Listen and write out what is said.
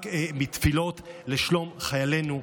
רק תפילות לשלום חיילינו.